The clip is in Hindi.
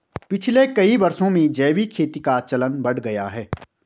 पिछले कई वर्षों में जैविक खेती का चलन बढ़ गया है